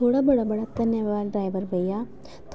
थुआढ़ा बड़ा बड़ा धन्यवाद ड्राईवर भईया